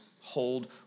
hold